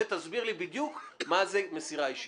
ותסביר לי בדיוק מה זה מסירה אישית.